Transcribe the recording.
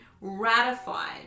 ratified